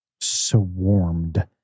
swarmed